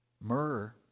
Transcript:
Myrrh